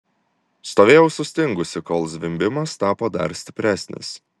stovėjau sustingusi kol zvimbimas tapo dar stipresnis